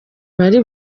bari